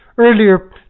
Earlier